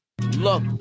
Look